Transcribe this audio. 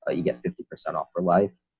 ah you get fifty percent off for life,